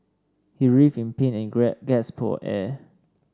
he writhed in pain and gasped for air